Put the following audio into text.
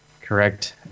Correct